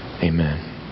Amen